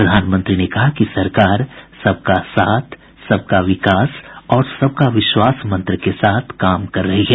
प्रधानमंत्री ने कहा कि सरकार सबका साथ सबका विकास और सबका विश्वास मंत्र के साथ काम कर रही है